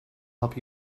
help